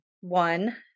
one